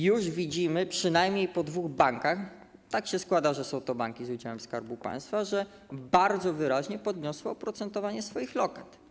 Już widzimy przynajmniej po dwóch bankach - tak się składa, że są to banki z udziałem Skarbu Państwa - że bardzo wyraźnie podniosły oprocentowanie swoich lokat.